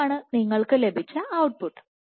ഇതാണ് നിങ്ങൾക്ക് ലഭിച്ച ഔട്ട്പുട്ട്